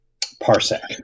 parsec